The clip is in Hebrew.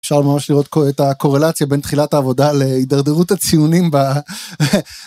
אפשר ממש לראות את הקורלציה בין תחילת העבודה להידרדרות הציונים ב...